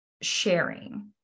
sharing